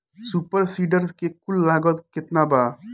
Super seeder के कुल लागत केतना बा?